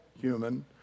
human